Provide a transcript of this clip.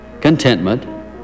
contentment